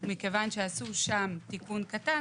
מכיוון שעשו שם תיקון בסעיפים,